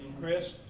Chris